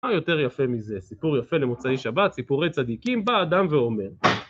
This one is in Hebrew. מה יותר יפה מזה? סיפור יפה למוצאי שבת, סיפורי צדיקים, בא אדם ואומר.